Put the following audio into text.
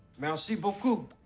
merci beaucoup.